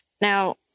Now